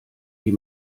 die